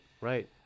right